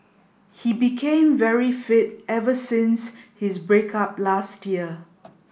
he became very fit ever since his break up last year